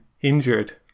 injured